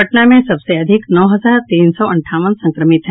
पटना में सबसे अधिक नौ हजार तीन सौ अंठावन संक्रमित हैं